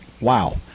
Wow